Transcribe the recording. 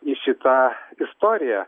į šitą istoriją